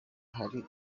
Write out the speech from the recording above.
hari